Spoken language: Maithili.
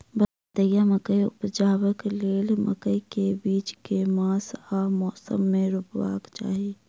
भदैया मकई उपजेबाक लेल मकई केँ बीज केँ मास आ मौसम मे रोपबाक चाहि?